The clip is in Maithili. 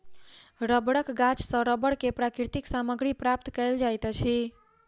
रबड़क गाछ सॅ रबड़ के प्राकृतिक सामग्री प्राप्त कयल जाइत अछि